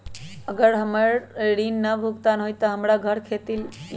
अगर हमर ऋण न भुगतान हुई त हमर घर खेती लेली?